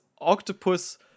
octopus